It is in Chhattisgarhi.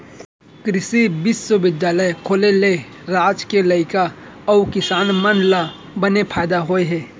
कृसि बिस्वबिद्यालय खुले ले राज के लइका अउ किसान मन ल बने फायदा होय हे